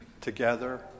together